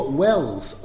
wells